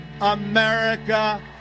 America